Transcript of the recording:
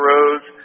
Rose